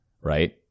right